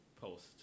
post